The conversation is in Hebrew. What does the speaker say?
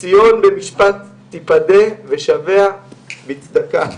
ציון במשפט תיפדה ושביה בצדקה".